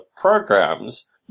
programs